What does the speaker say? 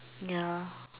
ya